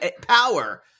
power